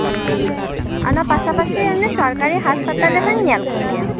ᱦᱩᱸᱻ ᱚᱱᱟ ᱯᱟᱥᱟᱯᱟᱥᱤ ᱚᱱᱟ ᱥᱚᱨᱠᱟᱨᱤ ᱦᱟᱥᱯᱟᱛᱟᱞ ᱨᱮᱦᱚᱧ ᱧᱮᱞ ᱠᱚᱜᱮᱭᱟ